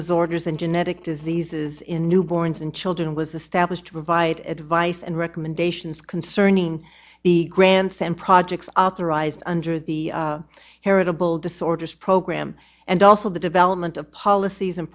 does orders and genetic diseases in newborns and children was established to provide advice and recommendations concerning the grants and projects authorized under the heritable disorders program and also the development of policies and